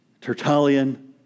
Tertullian